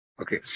Okay